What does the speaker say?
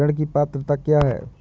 ऋण की पात्रता क्या है?